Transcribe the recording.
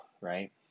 right